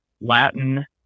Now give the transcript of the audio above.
Latin